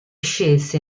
scelse